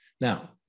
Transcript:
Now